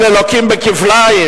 אלה לוקים בכפליים.